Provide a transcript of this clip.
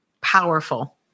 Powerful